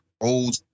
old